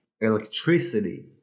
Electricity